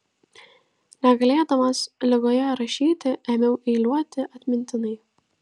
negalėdamas ligoje rašyti ėmiau eiliuoti atmintinai